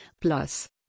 Plus